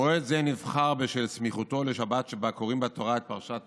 מועד זה נבחר בשל סמיכותו לשבת שבה קוראים בתורה את פרשת